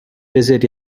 visit